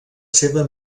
seva